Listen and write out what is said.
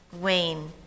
Wayne